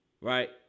Right